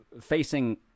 facing